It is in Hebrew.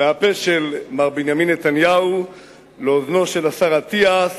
מהפה של מר בנימין נתניהו לאוזנו של השר אטיאס.